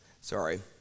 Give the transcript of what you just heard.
Sorry